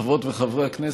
חברות וחברי הכנסת,